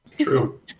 True